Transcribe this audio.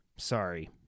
Sorry